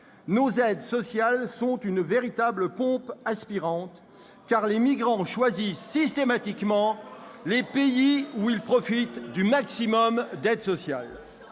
nos aides sociales sont une véritable pompe aspirante, car les migrants choisissent systématiquement les pays où ils profitent du maximum d'aides sociales.